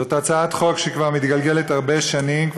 זאת הצעת חוק שכבר מתגלגלת הרבה שנים.